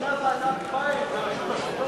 משום שיש ועדת מים בראשות השופט,